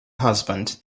husband